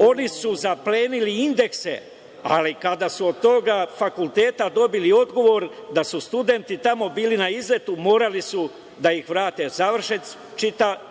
Oni su zaplenili indekse, ali kada su od tog fakulteta dobili odgovor da su studenti tamo bili na izletu, morali su da ih vrate“. Završen